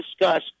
discuss